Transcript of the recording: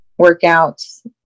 workouts